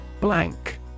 Blank